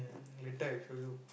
mm later I show you